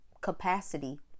capacity